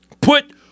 put